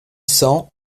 cents